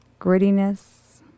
grittiness